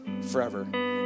forever